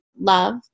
love